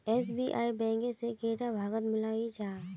SBI bank से कैडा भागोत मिलोहो जाहा?